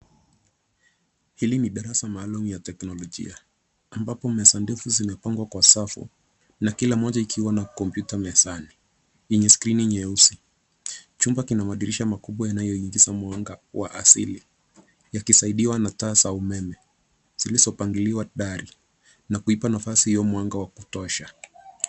Hili ni darasa maalum ya teknologia ambapo meza ndefu zimepangawa kwa sakafu na kila moja ikiwa na komputa mezani nyenye skreni nyeusi. Chumba kina madirisha makubwa yanayoingiza mwanga wa asili yakisaindiwa na taa za umeme zilizopangiliwa dari na kuipa nafasi hio mwanga wa kutosha.